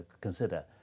consider